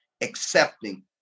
accepting